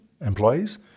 employees